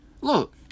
Look